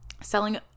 selling